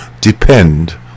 depend